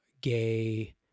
gay